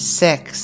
six